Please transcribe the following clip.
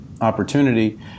opportunity